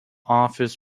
office